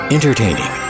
Entertaining